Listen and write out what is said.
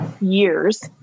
years